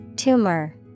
Tumor